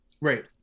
right